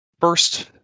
first